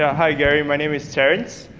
ah hi, gary, my name is terrance,